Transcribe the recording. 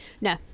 no